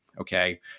okay